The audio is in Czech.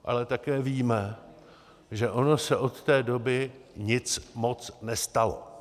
Ale také víme, že ono se od té doby nic moc nestalo.